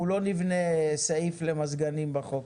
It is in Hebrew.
אנחנו לא נבנה סעיף למזגנים בחוק.